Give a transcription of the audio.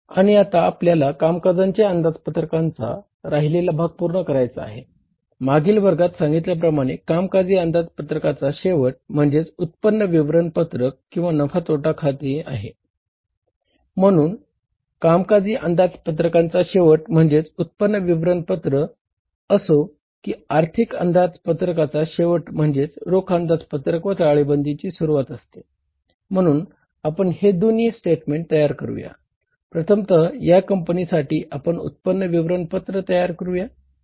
म्हणून कामकाजी अंदाजपत्रकाचा शेवट म्हणजेच उत्पन्न विवरणपत्र असतो आणि आर्थिक अंदाजपत्रकाचा तयार करू